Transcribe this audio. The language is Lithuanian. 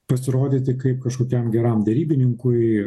pasirodyti kaip kažkokiam geram derybininkui